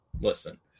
listen